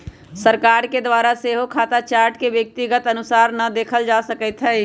सरकार के द्वारा सेहो खता चार्ट के व्यक्तिगत अनुसारे न देखल जा सकैत हइ